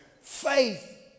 Faith